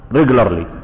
regularly